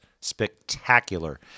Spectacular